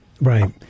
Right